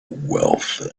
wealth